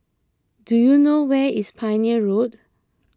do you know where is Pioneer Road